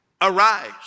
arise